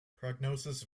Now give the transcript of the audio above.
prognosis